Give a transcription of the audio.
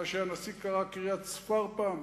מה שהנשיא קרא קריית-סְפר פעם.